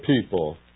people